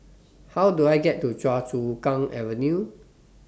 How Do I get to Choa Chu Kang Avenue